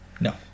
No